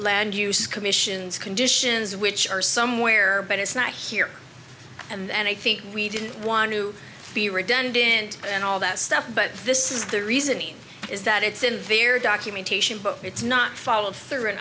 land use commission's conditions which are somewhere but it's not here and i think we didn't want to be redundant and all that stuff but this is the reasoning is that it's in very documentation but it's not follow